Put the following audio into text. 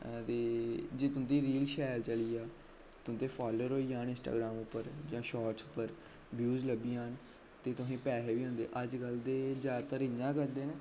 आं ते जे तुं'दी रील शैल चली जा ते तुं'दे फालोअर होई जान इंस्टाग्राम उप्पर जां शार्टस उप्पर व्यूज लब्भी जान ते तोहें ई पैहें बी औंदे अज्जकल ते जादातर इ'यां करदे न